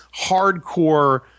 hardcore